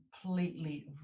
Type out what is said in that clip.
completely